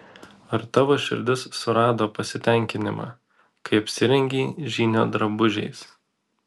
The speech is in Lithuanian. ar tavo širdis surado pasitenkinimą kai apsirengei žynio drabužiais